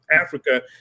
Africa